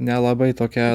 nelabai tokia